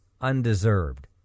undeserved